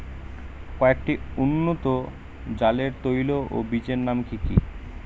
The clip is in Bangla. কয়েকটি উন্নত জাতের তৈল ও বীজের নাম কি কি?